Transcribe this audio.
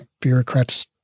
bureaucrats